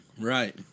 Right